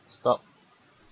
stop